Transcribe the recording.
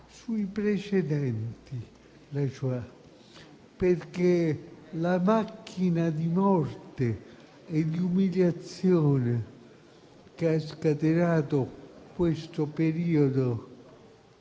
sui precedenti della Shoah, perché la macchina di morte e di umiliazione che ha scatenato quel periodo